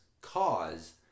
cause